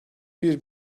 bir